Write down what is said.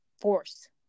force